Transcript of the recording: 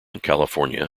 california